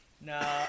no